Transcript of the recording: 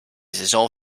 saison